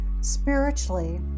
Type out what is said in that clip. Spiritually